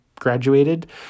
graduated